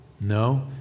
No